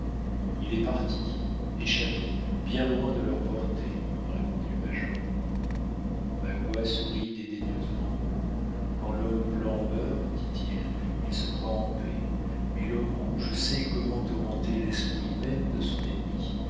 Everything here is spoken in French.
il est parti échappé bien loin de leur portée répondit le major magua sourit dédaigneusement quand l'homme blanc meurt dit-il il se croit en paix mais l'homme rouge sait comment tourmenter l'esprit même de son ennemi